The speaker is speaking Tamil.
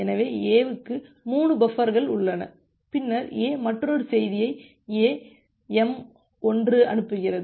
எனவே A க்கு 3 பஃபர்கள் உள்ளன பின்னர் A மற்றொரு செய்தியை A m1 அனுப்புகிறது